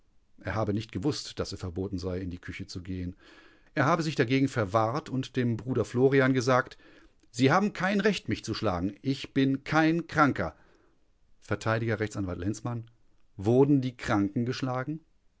er habe nicht gewußt daß es verboten sei in die küche zu gehen er habe sich dagegen verwahrt und dem bruder florian gesagt sie haben kein recht mich zu schlagen ich bin kein kranker vert rechtsanwalt lenzmann wurden die kranken geschlagen